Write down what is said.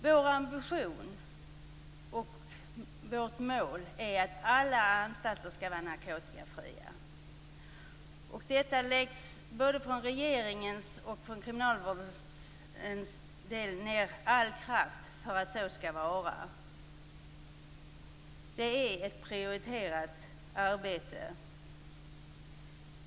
Vår ambition och vårt mål är att alla anstalter skall vara narkotikafria. Både från regeringens och från kriminalvårdens sida läggs all kraft ned för att det skall vara så. Det är ett prioriterat arbete.